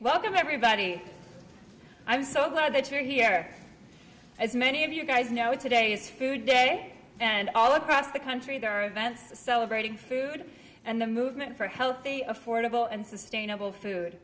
welcome everybody i'm so glad that you're here as many of you guys know it today is food day and all across the country there are events celebrating food and the movement for healthy affordable and sustainable food